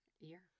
Ear